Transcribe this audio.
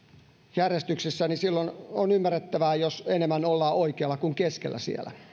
järjestyksessä on ymmärrettävää jos enemmän ollaan oikealla kuin keskellä siellä